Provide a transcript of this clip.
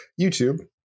youtube